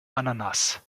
ananas